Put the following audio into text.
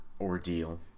ordeal